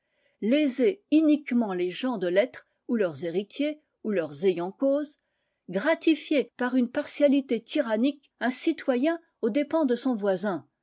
léser iniquement les gens de lettres ou leurs héritiers ou leurs ayants cause gratifier par une partialité tyrannique un citoyen aux dépens de son voisin